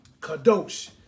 kadosh